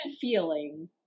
feeling